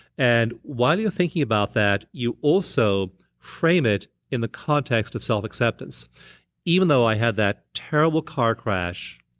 and while you're thinking about that, you also frame it in the context of self-acceptance. even though i had that terrible car crash,